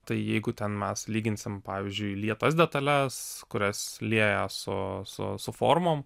tai jeigu ten mes lyginsim pavyzdžiui lietas detales kurias lieja su su su formom